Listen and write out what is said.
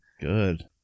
Good